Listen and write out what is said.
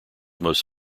most